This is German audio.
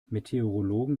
meteorologen